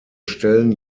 stellen